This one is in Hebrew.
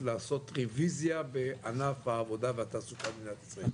לעשות רביזיה בענף העבודה והתעסוקה במדינת ישראל.